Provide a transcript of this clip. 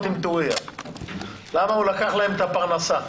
עם טוריה כי הוא לקח לו את הפרנסה.